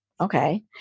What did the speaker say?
okay